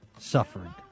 suffering